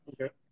Okay